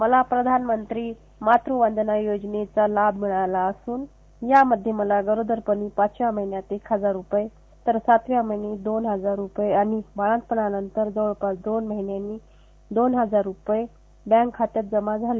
मला प्रधानमंत्री मातुवंदना योजनेचा लाभ मिळाला असून यामध्ये मला गरोदरपणात पाचव्या महिन्यात एक हजार रुपये तर सातव्या महिन्यात दोन हजार रुपये आणि बाळतपणानंतर जवळपास दोन महिने दोन हजार रुपये बँक खात्यात जमा झाले